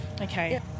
Okay